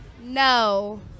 No